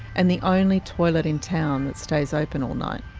and the only toilet in town that stays open all night.